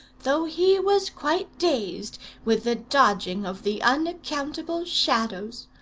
though he was quite dazed with the dodging of the unaccountable shadows.